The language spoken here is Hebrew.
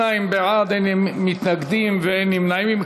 42 בעד, אין מתנגדים ואין נמנעים.